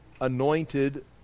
anointed